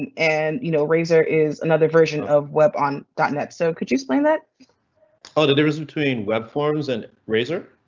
and and you know razor is another version of web on. dot net so could you explain that ah difference between web forms and razor?